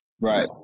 Right